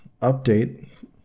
update